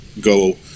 go